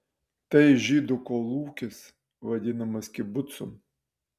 tai žydų kolūkis vadinamas kibucu